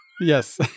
Yes